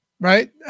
Right